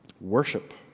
worship